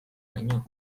baino